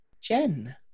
Jen